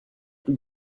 plus